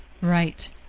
Right